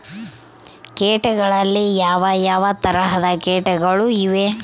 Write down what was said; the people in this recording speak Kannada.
ಕೇಟಗಳಲ್ಲಿ ಯಾವ ಯಾವ ತರಹದ ಕೇಟಗಳು ಇವೆ?